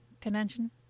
convention